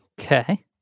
Okay